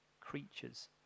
creatures